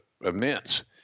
immense